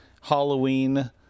Halloween